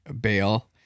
bail